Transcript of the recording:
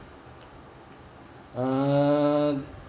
uh